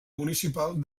municipal